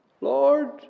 Lord